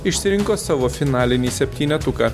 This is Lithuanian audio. išsirinko savo finalinį septynetuką